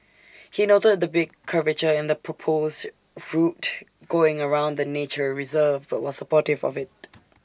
he noted the big curvature in the proposed route going around the nature reserve but was supportive of IT